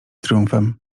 triumfem